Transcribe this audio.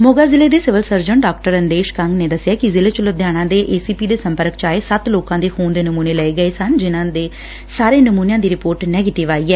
ਮੋਗਾ ਜ਼ਿਲ੍ਹੇ ਦੇ civil surgeon ਡਾ ਅੰਦੇਸ਼ ਕੰਗ ਨੇ ਦਸਿਐ ਕਿ ਜ਼ਿਲ੍ਹੇ ਚ ਲੁਧਿਆਣਾ ਦੇ ਏ ਸੀ ਪੀ ਦੇ ਸੰਪਰਕ ਚ ਆਏ ਸੱਤ ਲੋਕਾ ਦੇ ਖੂਨ ਦੇ ਨਮੁਨੇ ਲਏ ਗਏ ਸਨ ਇਨੂਾ ਸਾਰੇ ਨਮੁਨਿਆ ਦੀ ਰਿਪੋਰਟ ਨੈਗੇਟਿਵ ਆਈ ਐ